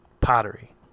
pottery